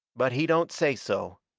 but he don't say so.